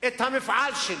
את המפעל שלי,